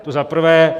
To za prvé.